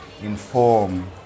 inform